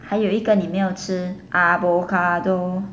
还有一个你没有吃 avocado